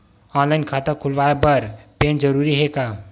Online खाता खुलवाय बर पैन जरूरी हे का?